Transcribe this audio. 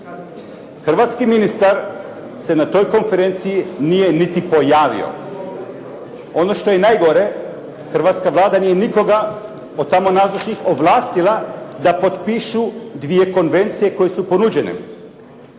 Hrvatski ministar se na toj konferenciji nije niti pojavio. Ono što je najgore hrvatska Vlada nije nikoga od tamo nazočnih ovlastila da potpišu 2 konvencije koje su ponuđene.